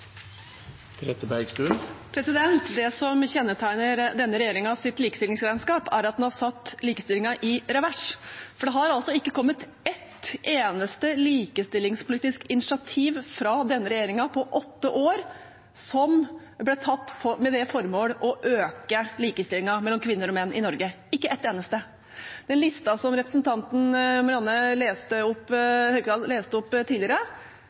at det har satt likestillingen i revers. På åtte år er det ikke kommet et eneste likestillingspolitisk initiativ fra denne regjeringen som er tatt med det formål å øke likestillingen mellom kvinner og menn i Norge – ikke et eneste. Da representanten Marianne Haukland leste opp en liste tidligere,